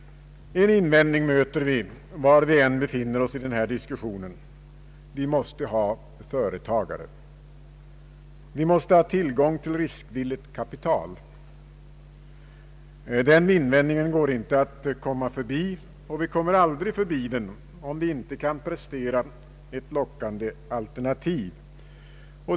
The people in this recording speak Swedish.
En invändning möter vi var vi än befinner oss i denna diskussion: Vi måste ha företagare, vi måste ha tillgång till riskvilligt kapital. Den invändningen går inte att komma förbi, och vi kommer aldrig förbi den, om vi inte kan prestera ett lockande alternativ.